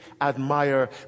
admire